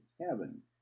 heaven